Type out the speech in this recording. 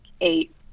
eight